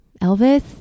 Elvis